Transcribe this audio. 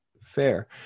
fair